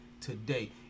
today